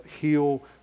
heal